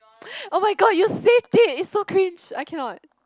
oh my god you saved it is so cringe I cannot